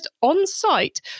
on-site